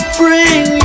bring